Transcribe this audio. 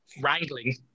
wrangling